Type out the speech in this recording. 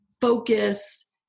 focus